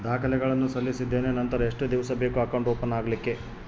ದಾಖಲೆಗಳನ್ನು ಸಲ್ಲಿಸಿದ್ದೇನೆ ನಂತರ ಎಷ್ಟು ದಿವಸ ಬೇಕು ಅಕೌಂಟ್ ಓಪನ್ ಆಗಲಿಕ್ಕೆ?